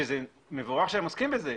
שזה מבורך שהם עוסקים בזה,